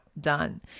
done